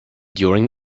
during